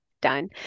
done